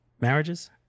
marriages